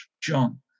John